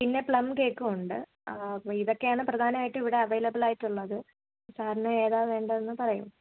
പിന്നെ പ്ലം കേക്കും ഉണ്ട് അപ്പോൾ ഇതൊക്കെ ആണ് പ്രധാനമായിട്ടും ഇവിടെ അവൈലബിൾ ആയിട്ടുള്ളത് സാറിന് ഏതാണ് വേണ്ടതെന്ന് പറയുമോ